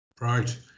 Right